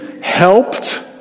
helped